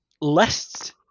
lists